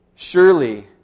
Surely